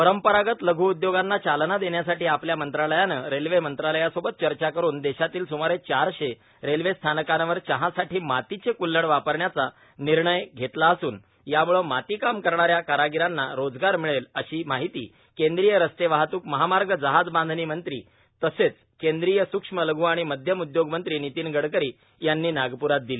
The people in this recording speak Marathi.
परंपरांगत लघू उद्योगांना चालना देण्यासाठी आपल्या मंत्रालयाने रेल्वे मंत्रालयासोबत चर्चा करून देशातील सुमारे चारशे रेल्वे स्थानकांवर चहासाठी मातीचे कुल्हड वापरण्याचा निर्णय घेतला असून यामूळे मातीकाम करणाऱ्या कारागिरांना रोजगार मिळेल अशी माहिती केंद्रीय रस्ते वाहतूक महामार्ग जहाज बांधणी मंत्री तसेच केंद्रीय सूक्ष्म लघू आणि मध्यम उद्योग मंत्री नितीन गडकरी यांनी नागपुरात दिली